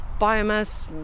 biomass